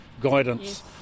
guidance